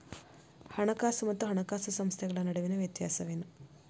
ಹಣಕಾಸು ಮತ್ತು ಹಣಕಾಸು ಸಂಸ್ಥೆಗಳ ನಡುವಿನ ವ್ಯತ್ಯಾಸವೇನು?